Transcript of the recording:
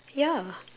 ya